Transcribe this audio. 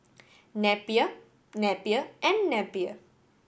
Napier Napier and Napier